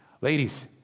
Ladies